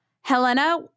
Helena